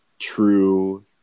true